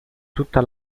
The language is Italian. tutta